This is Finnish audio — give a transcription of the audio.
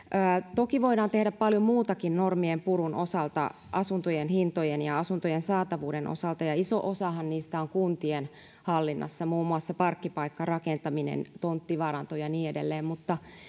toki voidaan tehdä paljon muutakin normien purun osalta asuntojen hintojen ja asuntojen saatavuuden osalta ja iso osahan niistä on kuntien hallinnassa muun muassa parkkipaikkarakentaminen tonttivaranto ja niin edelleen mutta